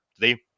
today